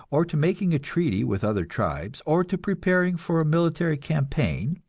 or to making a treaty with other tribes, or to preparing for a military campaign,